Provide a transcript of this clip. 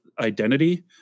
identity